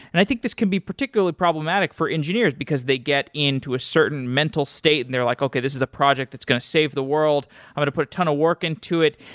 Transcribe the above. and i think this can be particularly problematic for engineers, because they get in to a certain mental state and they're like, okay. this is a project that's going to save the world. i'm going to put a ton of work into it,